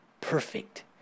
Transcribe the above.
perfect